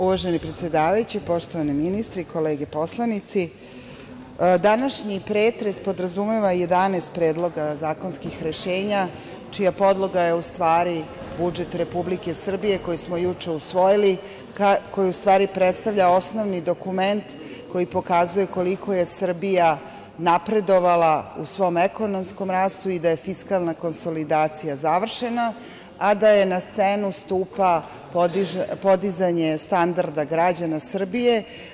Uvaženi predsedavajući, poštovani ministre i kolege poslanici, današnji pretres podrazumeva 11 predloga zakonskih rešenja čija podloga je u stvari budžet Republike Srbije koji smo juče usvojili, koji u stvari predstavlja osnovni dokument koji pokazuje koliko je Srbija napredovala u svom ekonomskom rastu i da je fiskalna konsolidacija završena, a da na scenu stupa podizanje standarda građana Srbije.